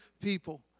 people